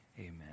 amen